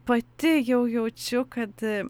pati jau jaučiu kad